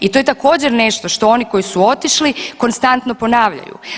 I to je također nešto što oni koji su otišli konstantno ponavljaju.